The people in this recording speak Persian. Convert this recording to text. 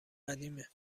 قدیمه